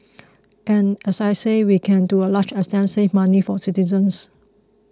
and as I said we can to a large extent save money for citizens